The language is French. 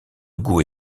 gout